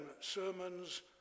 sermons